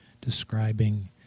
describing